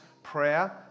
prayer